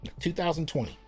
2020